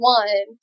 one